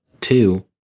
two